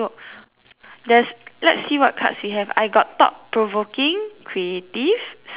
there's let's see what cards we have I got thought provoking creative stories